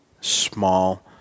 small